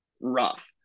rough